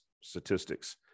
statistics